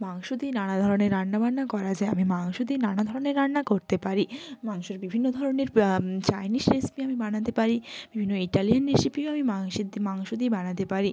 মাংস দিয়ে নানা ধরনের রান্নাবান্না করা যায় আমি মাংস দিয়ে নানা ধরনের রান্না করতে পারি মাংসর বিভিন্ন ধরনের চাইনিস রেসিপি আমি বানাতে পারি বিভিন্ন ইটালিয়ান রেসিপিও আমি মাংসের মাংস দিয়ে বানাতে পারি